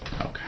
Okay